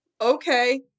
Okay